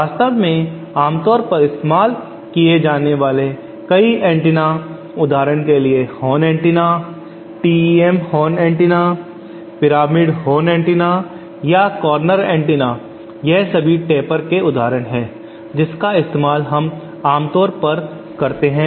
वास्तव में आमतौर पर इस्तेमाल किए जाने वाले कई एंटीना उदाहरण के लिए horn antenna TEM horn antenna pyramid horn antenna या कॉर्नर एंटीना यह सभी टेपर के उदाहरण है जिनका इस्तेमाल हम आमतौर पर करते हैं